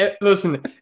Listen